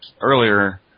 earlier